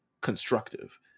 constructive